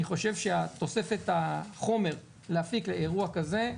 אני חושב שתוספת החומר להפיק לאירוע כזה,